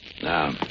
Now